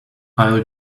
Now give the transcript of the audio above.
i’ll